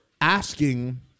asking